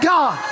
God